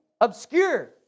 Obscure